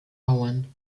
bauern